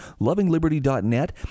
LovingLiberty.net